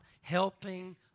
helping